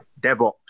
DevOps